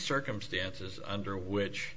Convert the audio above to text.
circumstances under which